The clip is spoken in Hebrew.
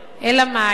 אלא מאי?